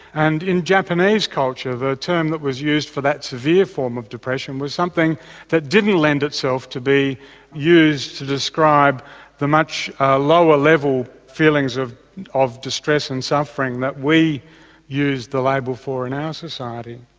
and in japanese culture the term that was used for that severe form of depression was something that didn't lend itself to be used to describe the much lower level feelings of of distress and suffering that we use the label for in our society.